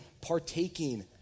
partaking